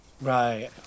Right